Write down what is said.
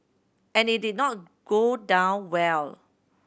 and it did not go down well